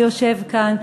שיושב כאן.